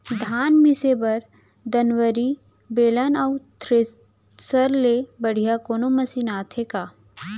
धान मिसे बर दंवरि, बेलन अऊ थ्रेसर ले बढ़िया कोनो मशीन आथे का?